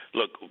look